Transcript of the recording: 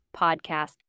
podcast